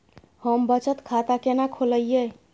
हम बचत खाता केना खोलइयै?